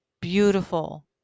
Beautiful